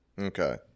Okay